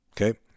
Okay